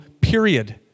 period